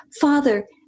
Father